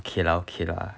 okay lah okay lah